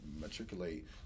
matriculate